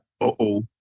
Uh-oh